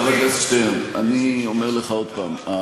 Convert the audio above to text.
חבר הכנסת שטרן, אני אומר לך עוד פעם: